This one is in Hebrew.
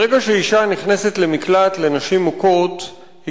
ברגע שאשה נכנסת למקלט לנשים מוכות היא